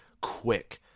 quick